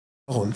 האחרון.